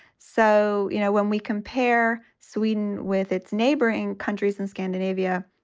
so, you know, when we compare sweden with its neighboring countries and scandinavia,